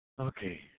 Okay